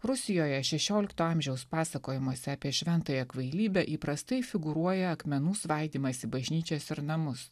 rusijoje šešiolikto amžiaus pasakojimuose apie šventąją kvailybę įprastai figūruoja akmenų svaidymas į bažnyčias ir namus